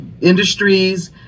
industries